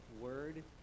word